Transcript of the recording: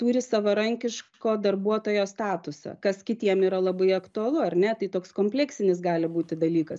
turi savarankiško darbuotojo statusą kas kitiem yra labai aktualu ar ne tai toks kompleksinis gali būti dalykas